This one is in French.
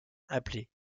appelé